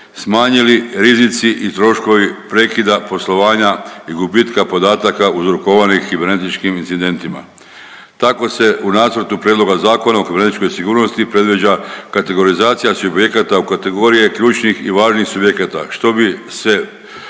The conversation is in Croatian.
smanjili rizici i troškovi prekida poslovanja i gubitka podataka uzrokovanih kibernetičkim incidentima. Tako se u Nacrtu prijedloga Zakona o kibernetičkoj sigurnosti predviđa kategorizacija subjekata u kategorije ključnih i važnih subjekata što bi se